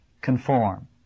conform